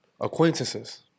Acquaintances